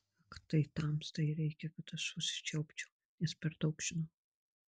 ak tai tamstai reikia kad aš užsičiaupčiau nes per daug žinau